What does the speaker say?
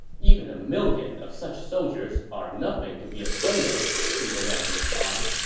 even a million of such soldiers are nothing to be afraid of, zhuge liang replied